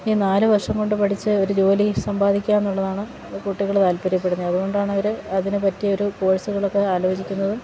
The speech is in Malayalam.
ഈ നാല് വർഷം കൊണ്ട് പഠിച്ച് ഒരു ജോലി സമ്പാദിക്കാനുള്ളതാണ് കുട്ടികള് താല്പര്യപ്പെടുന്നത് അതുകൊണ്ടാണവര് അതിന് പറ്റിയ ഒരു കോഴ്സുകളൊക്കെ ആലോചിക്കുന്നതും